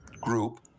group